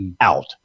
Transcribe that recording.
out